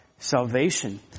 Salvation